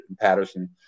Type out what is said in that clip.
Patterson